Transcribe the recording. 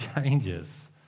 changes